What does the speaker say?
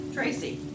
Tracy